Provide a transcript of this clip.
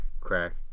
crack